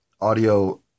audio